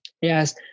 Yes